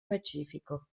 pacifico